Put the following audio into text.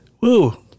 woo